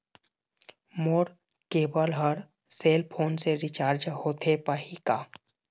मोर cable हर cell phone से recharge होथे पाही का?